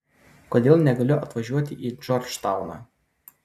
kodėl negaliu atvažiuoti į džordžtauną